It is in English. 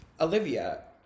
Olivia